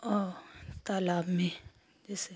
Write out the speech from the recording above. और तालाब में जैसे